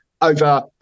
over